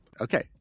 okay